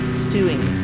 stewing